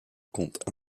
compte